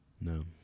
No